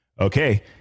Okay